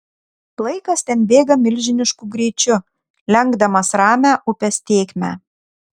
laikas ten bėga milžinišku greičiu lenkdamas ramią upės tėkmę